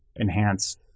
enhance